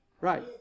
Right